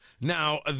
Now